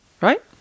right